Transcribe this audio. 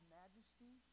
majesty